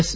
yes